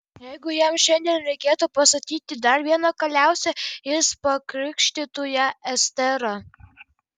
jeigu jam šiandien reikėtų pastatyti dar vieną kaliausę jis pakrikštytų ją estera